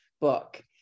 book